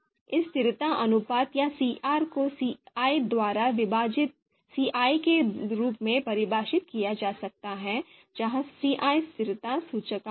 इस स्थिरता अनुपात या सीआर को सीआई द्वारा विभाजित सीआई के रूप में परिभाषित किया जा सकता है जहां सीआई स्थिरता सूचकांक है